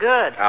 Good